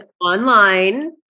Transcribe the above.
online